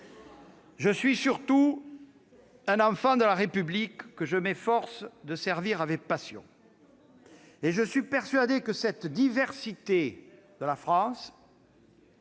je suis surtout un enfant de la République, que je m'efforce de servir avec passion. Je suis persuadé que cette diversité de la France,